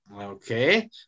Okay